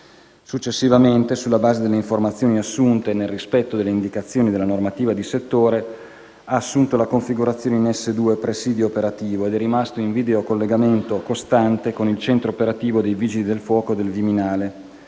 Successivamente, sulla base delle informazioni assunte e nel rispetto delle indicazioni della normativa di settore, ha assunto la configurazione S2 (presidio operativo) ed è rimasto in video collegamento costante con il centro operativo dei Vigili del fuoco del Viminale